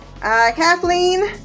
Kathleen